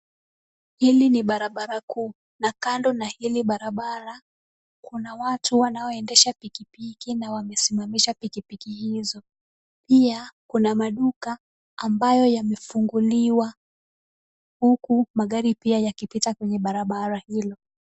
Hili ni barabara kuu na kando na hili barabara, kuna watu wanaoendesha pikipiki na wamesimamisha pikipiki hizo. Pia kuna maduka ambayo yamefunguliwa huku magari pia yakipita kwenye barabara hilo.